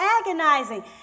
agonizing